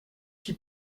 qui